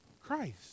Christ